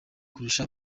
kurusha